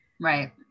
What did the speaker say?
Right